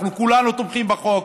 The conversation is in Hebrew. אנחנו כולנו תומכים בחוק.